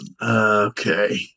Okay